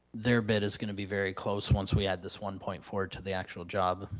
their bid is gonna be very close, once we add this one point four to the actual job.